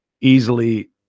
easily